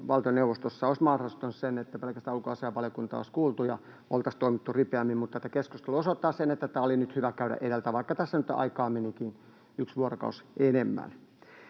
menettely olisi mahdollistanut sen, että pelkästään ulkoasiainvaliokuntaa olisi kuultu ja oltaisiin toimittu ripeämmin, mutta tämä keskustelu osoittaa sen, että tämä oli nyt hyvä käydä edeltä, vaikka tässä nyt aikaa menikin yksi vuorokausi enemmän.